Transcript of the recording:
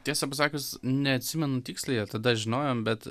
tiesą pasakius neatsimenu tiksliai ar tada žinojom bet